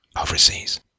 overseas